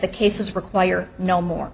the cases require no more